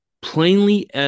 plainly